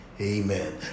amen